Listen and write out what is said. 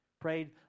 Prayed